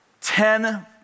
Ten